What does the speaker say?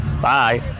Bye